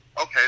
okay